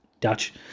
Dutch